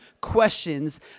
questions